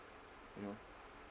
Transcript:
you know